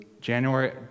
January